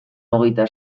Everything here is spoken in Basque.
hogeita